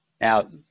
Now